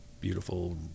beautiful